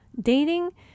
Dating